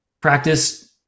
practice